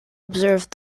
observed